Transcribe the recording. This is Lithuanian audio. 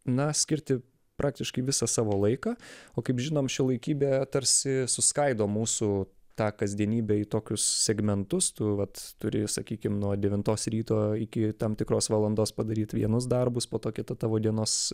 na skirti praktiškai visą savo laiką o kaip žinom šiuolaikybė tarsi suskaido mūsų tą kasdienybę į tokius segmentus tu vat turi sakykim nuo devintos ryto iki tam tikros valandos padaryt vienus darbus po to kita tavo dienos